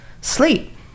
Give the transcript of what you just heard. sleep